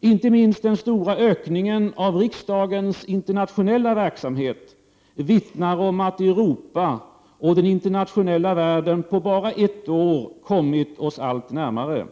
Inte minst den stora ökningen av riksdagens internationella verksamhet vittnar om att Europa och den internationella världen på bara ett år kommit oss allt närmare.